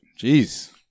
jeez